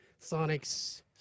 Sonics